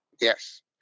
Yes